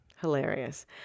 Hilarious